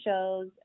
shows